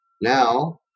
Now